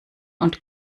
und